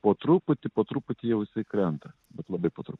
po truputį po truputį jau jisai krenta bet labai po trup